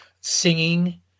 singing